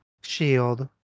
shield